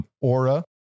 Aura